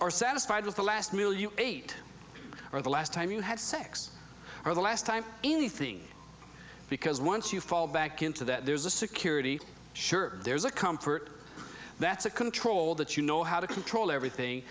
are satisfied with the last meal you ate or the last time you had six or the last time anything because once you fall back into that there's a security sure there's a comfort that's a control that you know how to control everything